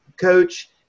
coach